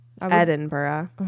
Edinburgh